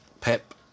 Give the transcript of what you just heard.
Pep